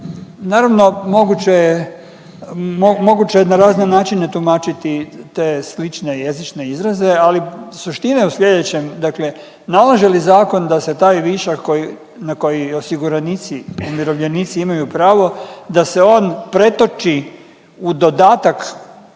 je, moguće je na razne načine tumačiti te slične jezične izraze, ali suština je u slijedećem, dakle nalaže li zakon da se taj višak koji, na koji osiguranici umirovljenici imaju pravo da se on pretoči u dodatak